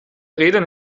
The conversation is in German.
rädern